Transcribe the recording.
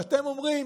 ואתם אומרים: